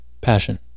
passion